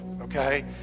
okay